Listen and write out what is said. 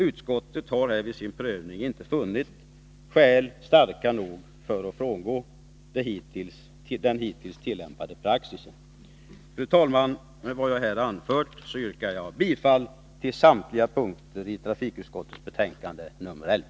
Utskottet har vid sin prövning inte funnit tillräckliga skäl för att frångå hittills tillämpad praxis. Fru talman! Med vad jag nu anfört yrkar jag bifall till utskottets hemställan på samtliga punkter i trafikutskottets betänkande nr 11.